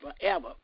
forever